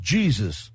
Jesus